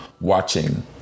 watching